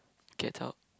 get out